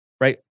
right